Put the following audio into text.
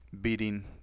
beating